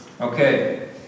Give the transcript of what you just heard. Okay